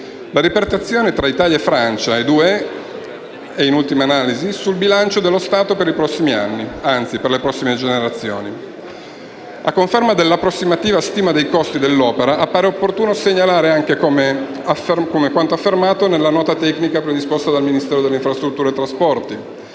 ripartizione tra Italia, Francia e Unione europea e, in ultima analisi, sul bilancio dello Stato per i prossimi anni. Anzi, per le prossime generazioni. A conferma dell'approssimativa stima dei costi dell'opera, appare opportuno segnalare anche quanto affermato nella nota tecnica predisposta dal Ministero delle infrastrutture e dei trasporti